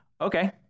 okay